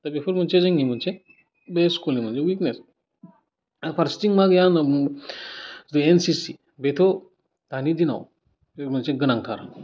दा बेफोर मोनसे जोंनि मोनसे बे स्कुलनि मोनसे विकनेस आरो फारसेथिं मा गैया होन्नानै बुङोबा बे एन सि सि बेथ' दानि दिनाव बे मोनसे गोनांथार